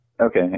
Okay